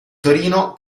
torino